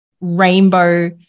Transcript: rainbow